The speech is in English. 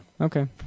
Okay